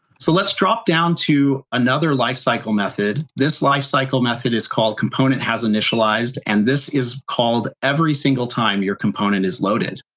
so let's drop down to another life cycle method. this life cycle method is called componenthasinitialized, and this is called every single time your component is loaded.